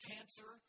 Cancer